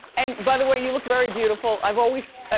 and by the way, you look very beautiful. i've always i